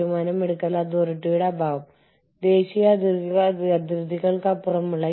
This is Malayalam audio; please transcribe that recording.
അതിനാൽ ഭൂമിശാസ്ത്രപരമായ വ്യാപനം ഇവിടെ ആദ്യപടിയാണെന്ന് നിങ്ങൾക്കറിയാം